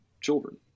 children